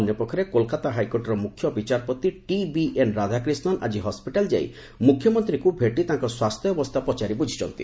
ଅନ୍ୟ ପକ୍ଷରେ କୋଲକାତା ହାଇକୋର୍ଟର ମୁଖ୍ୟ ବିଚାରପତି ଟିବିଏନ୍ ରାଧାକ୍ରିଷ୍ଣନ୍ ଆଜି ହସ୍କିଟାଲ୍ ଯାଇ ମୁଖ୍ୟମନ୍ତ୍ରୀଙ୍କୁ ଭେଟି ତାଙ୍କ ସ୍ୱାସ୍ଥ୍ୟାବସ୍ଥା ପଚାରି ବୁଝିଛନ୍ତି